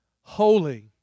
holy